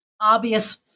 obvious